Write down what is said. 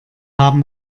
haben